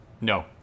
No